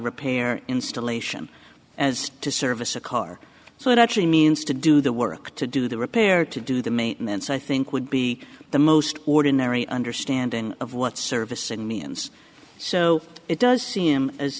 repair installation as to service a car so it actually means to do the work to do the repair to do the maintenance i think would be the most ordinary understanding of what service and means so it does seem as